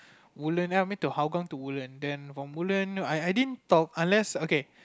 Woodland then I make to Hougang to Woodland then from Woodland I I didn't talk unless okay